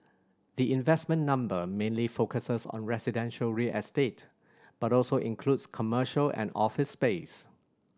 the investment number mainly focuses on residential real estate but also includes commercial and office space